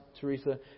Teresa